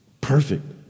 perfect